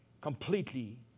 completely